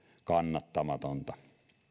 kannattamatonta